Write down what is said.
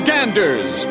Ganders